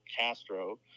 Castro